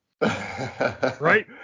right